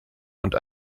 und